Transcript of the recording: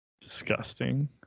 Disgusting